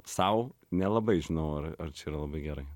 sau nelabai žinau ar čia yra labai gerai